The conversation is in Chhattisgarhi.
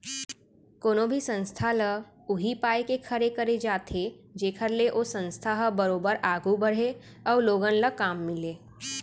कोनो भी संस्था ल उही पाय के खड़े करे जाथे जेखर ले ओ संस्था ह बरोबर आघू बड़हय अउ लोगन ल काम मिलय